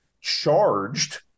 charged